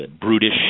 brutish